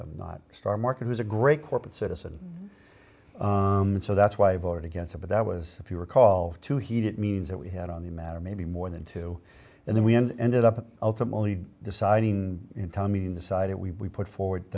them not star market was a great corporate citizen so that's why i voted against it but that was if you recall to heat it means that we had on the matter maybe more than two and then we end up ultimately deciding tommy and decided we put forward